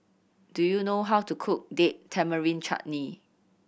do you know how to cook Date Tamarind Chutney